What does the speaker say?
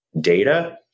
data